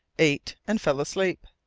ate, and fell asleep.